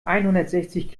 einhundertsechzig